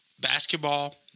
basketball